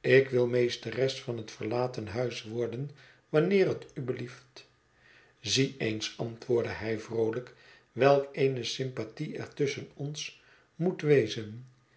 ik wil meesteres van het verlaten huis worden wanneer het u belieft zie eens antwoordde hij vroolijk welk eene sympathie er tusschen ons moet wezen